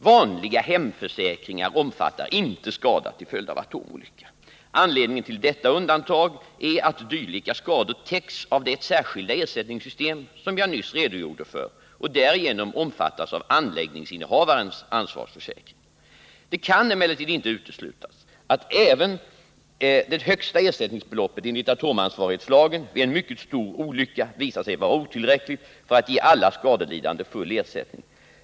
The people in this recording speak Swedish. Vanliga hemförsäkringar omfattar inte skada till följd av atomolycka. Anledningen till detta undantag är att dylika skador täcks av det särskilda ersättningssystem som jag nyss redogjorde för och därigenom omfattas av anläggningsinnehavarens ansvarsförsäkring. Det kan emellertid inte uteslutas att även det högsta ersättningsbeloppet enligt atomansvarighetslagen vid en mycket stor olycka visar sig vara otillräckligt för att ge alla skadelidande full ersättning.